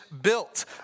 built